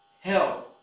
hell